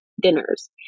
dinners